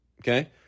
okay